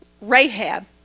Rahab